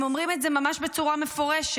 הם אומרים את זה ממש בצורה מפורשת.